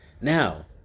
Now